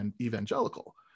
evangelical